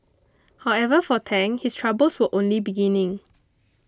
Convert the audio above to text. however for Tang his troubles were only beginning